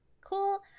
Cool